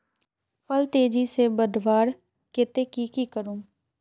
फल तेजी से बढ़वार केते की की करूम?